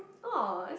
!aww!